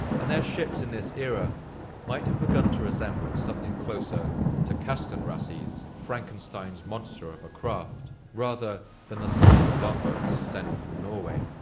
and their ships in this era might have begun to resemble something closer to kastan rassi's frankenstein's monster of a craft, rather than the sleek longboats sent from norway.